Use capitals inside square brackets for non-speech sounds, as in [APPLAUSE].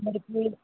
[UNINTELLIGIBLE]